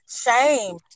shame